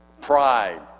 pride